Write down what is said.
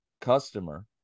customer